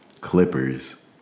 clippers